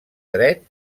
dret